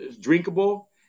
drinkable